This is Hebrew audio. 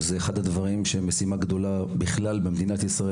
ואחת המשימות הגדולות של מדינת ישראל,